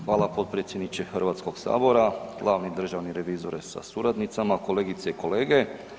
Hvala potpredsjedniče Hrvatskog sabora, glavni državni revizore sa suradnicama, kolegice i kolege.